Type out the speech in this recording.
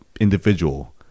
individual